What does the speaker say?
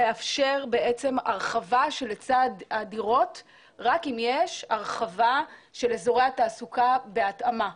לאפשר הרחבה של היצע הדירות רק אם יש הרחבה של אזורי התעסוקה בהתאמה.